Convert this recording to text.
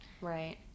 Right